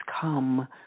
come